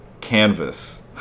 Canvas